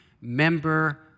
member